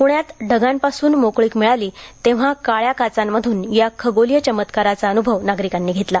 प्ण्यात ढगांपासून मोकळीक मिळाली तेव्हा काळ्या काचांमधून या खगोलीय चमत्काराचा अन्भव घेतला